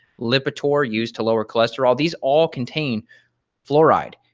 lipitor used to lower cholesterol, these all contain fluoride,